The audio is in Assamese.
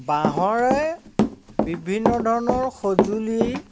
বাঁহৰে বিভিন্ন ধৰণৰ সঁজুলি